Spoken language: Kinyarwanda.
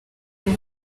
ngo